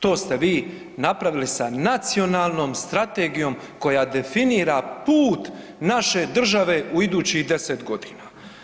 To ste vi napravili sa Nacionalnom strategijom koja definira put naše države u idućih deset godina.